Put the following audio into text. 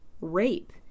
rape